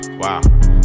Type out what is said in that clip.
wow